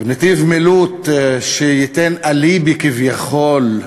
נתיב מילוט שייתן אליבי, כביכול,